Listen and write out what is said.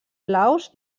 laos